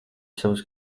savus